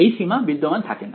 এই সীমা বিদ্যমান থাকে না